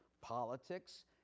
politics